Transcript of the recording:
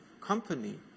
company